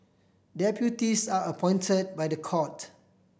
deputies are appointed by the court